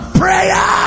prayer